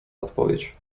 odpowiedź